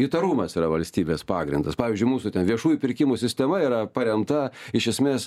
įtarumas yra valstybės pagrindas pavyzdžiui mūsų ten viešųjų pirkimų sistema yra paremta iš esmės